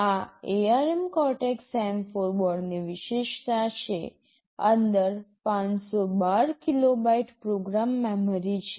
આ ARM Cortex M4 બોર્ડની વિશેષતા છે અંદર 512 કિલોબાઇટ પ્રોગ્રામ મેમરી છે